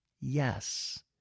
yes